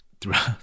throughout